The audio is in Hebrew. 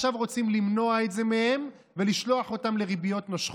עכשיו רוצים למנוע את זה מהם ולשלוח אותם לריביות נושכות.